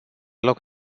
loc